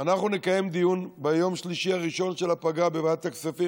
אנחנו נקיים דיון ביום שלישי הראשון של הפגרה בוועדת הכספים,